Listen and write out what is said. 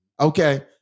okay